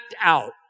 out